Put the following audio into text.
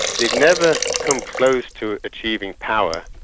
they've never come close to achieving power,